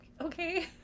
okay